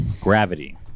Gravity